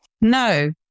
No